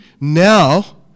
now